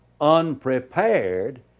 unprepared